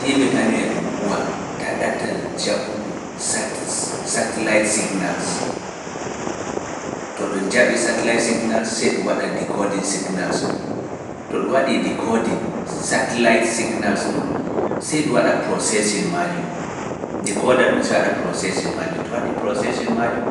Tv kanjum e ɗun huwa ta ɗatal jaɓugo satellite signals. To ɗum jaɓi satellite signals, sey ɗum waɗa decoding signals ɗum. To ɗum waɗi decoding satellite signals ɗum, sey ɗum waɗa procession majum. Decoda ɗum sey waɗa procession majum, to waɗi procession majum